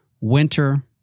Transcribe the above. winter